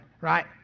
right